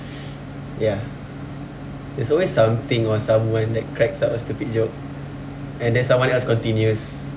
ya there's always something or someone that cracks up a stupid joke and then someone else continues